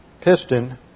piston